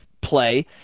play